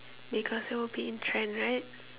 because it will be in trend right